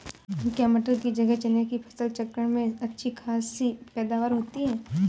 क्या मटर की जगह चने की फसल चक्रण में अच्छी खासी पैदावार होती है?